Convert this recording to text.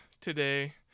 today